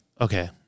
Okay